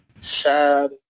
Shad